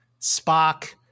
Spock